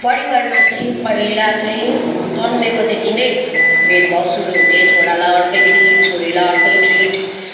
परिवारमा चाहिँ पहिला चाहिँ जन्मेकोदेखि नै भेदभव सुरु हुने छोरालाई अर्कै ट्रिट छोरीलाई अर्कै ट्रिट